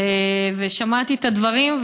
ושמעתי את הדברים,